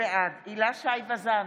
בעד הילה שי וזאן,